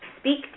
speak